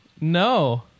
no